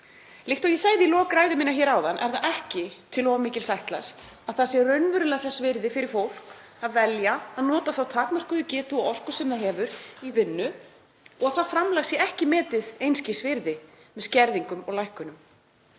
Líkt og ég sagði í lok ræðu minnar hér áðan er ekki til of mikils ætlast að það sé raunverulega þess virði fyrir fólk að velja að nota þá takmörkuðu getu og orku sem það hefur í vinnu og að það framlag sé ekki metið einskis virði með skerðingum og lækkunum